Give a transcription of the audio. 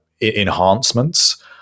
enhancements